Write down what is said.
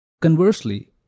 Conversely